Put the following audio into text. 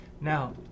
Now